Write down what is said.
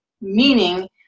meaning